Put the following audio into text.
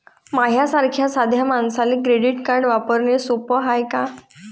माह्या सारख्या साध्या मानसाले क्रेडिट कार्ड वापरने सोपं हाय का?